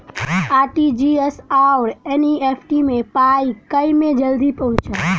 RTGS आओर NEFT मे पाई केँ मे जल्दी पहुँचत?